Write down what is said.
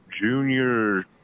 junior